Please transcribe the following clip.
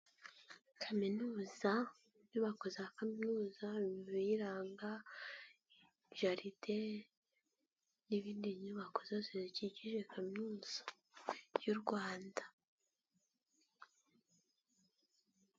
Kaminuza, inyubako za kaminuza ibiyiranga jaride n'izindi nyubako zose zikikije kaminuza y'u Rwanda.